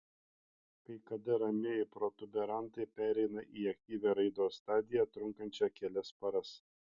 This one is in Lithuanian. kai kada ramieji protuberantai pereina į aktyvią raidos stadiją trunkančią kelias paras